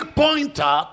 pointer